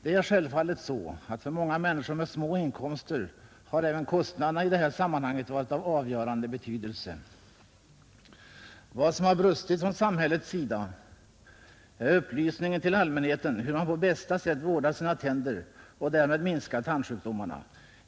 Det är självfallet så att för många människor med små inkomster har även kostnaderna i det här sammanhanget varit av avgörande betydelse. Vad som har brustit från samhällets sida är upplysningen till allmänheten hur man på bästa sätt vårdar sina tänder och därmed minskar tandsjukdomarna.